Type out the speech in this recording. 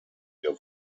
wir